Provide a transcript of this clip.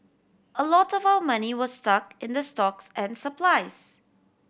a lot of our money was stuck in the stocks and supplies